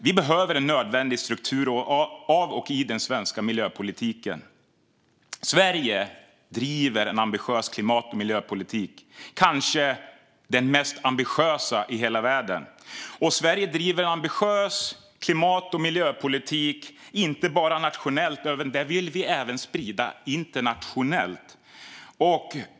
Vi behöver en struktur i den svenska miljöpolitiken. Sverige driver en ambitiös klimat och miljöpolitik, kanske den mest ambitiösa i hela världen. Och Sverige driver inte bara en ambitiös klimat och miljöpolitik nationellt utan vill även sprida den internationellt.